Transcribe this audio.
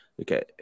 Okay